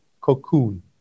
cocoon